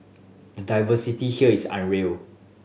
the diversity here is unreal